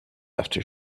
after